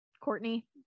Courtney